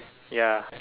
ya